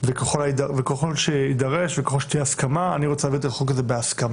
וככל שיידרש וככל שתהיה הסכמה אני רוצה להעביר את החוק הזה בהסכמה.